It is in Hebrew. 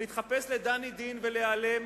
ולהתחפש לדנידין ולהיעלם?